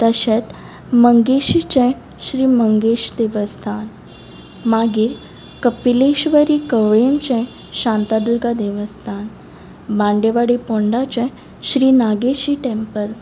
तशेंच मंगेशीचें श्री मंगेश देवस्थान मागीर कपीलेश्र्वरी गंवळेचें शांतादुर्गा देवस्थान बांदेवाडी पोंडाचें श्री नागेशी टॅम्पल